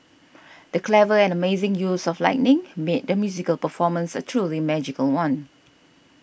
the clever and amazing use of lighting made the musical performance a truly magical one